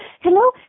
hello